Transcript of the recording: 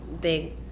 big